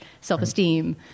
self-esteem